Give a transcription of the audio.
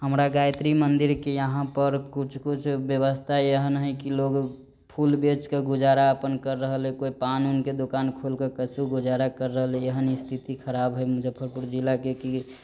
हमरा गायत्री मन्दिर के यहाँपर कुछ कुछ व्यवस्था एहन है की लोग फूल बेच कऽ गुजारा अपन कर रहल है कोइ पान उन के दोकान खोलके कैसहु गुजारा कर रहल है एहन स्थति खराब है मुजफ्फरपुर जिला के की